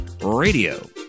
Radio